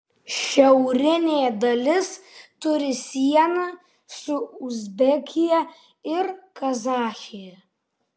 šiaurinė dalis turi sieną su uzbekija ir kazachija